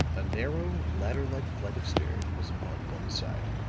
a narrow, ladder-like flight of stairs was upon one side.